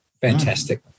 Fantastic